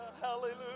hallelujah